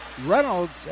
Reynolds